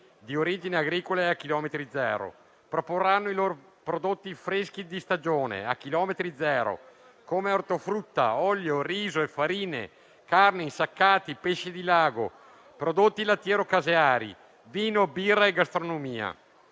di origine agricola e a km zero. Proporranno i loro prodotti freschi e di stagione a KM0 come ortofrutta, olio, riso e farine, carne e insaccati, pesce di lago, prodotti lattiero-caseari, vino, birra e gastronomia.